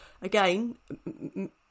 again